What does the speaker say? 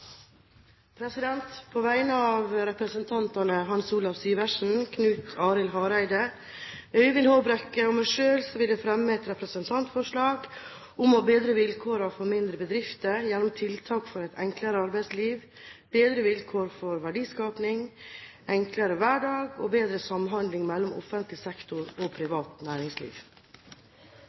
På vegne av representantene Hans Olav Syversen, Knut Arild Hareide, Øyvind Håbrekke og meg selv vil jeg fremme et representantforslag om å bedre vilkårene for mindre bedrifter gjennom tiltak for et enklere arbeidsliv, bedre vilkår for verdiskaping, enklere hverdag og bedre samhandling mellom offentlig sektor og privat næringsliv.